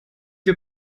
wir